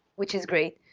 which is great.